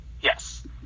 Yes